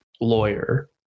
lawyer